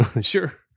Sure